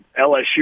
LSU